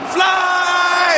Fly